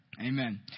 Amen